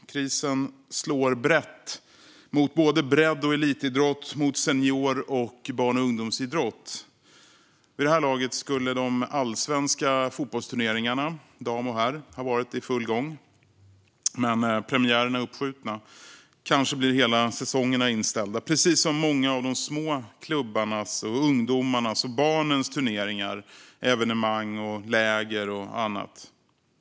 Krisen slår brett mot både bredd och elitidrott, mot senior och barn och ungdomsidrott. Vid det här laget skulle de allsvenska fotbollsturneringarna för damer och herrar ha varit i full gång. Men premiärerna är uppskjutna. Kanske blir hela säsongen inställd, precis som många av de små klubbarnas barn och ungdomsturneringar, evenemang, läger och annat.